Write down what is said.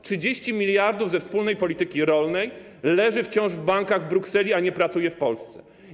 30 mld ze wspólnej polityki rolnej leży wciąż w bankach w Brukseli, a nie pracuje w Polsce.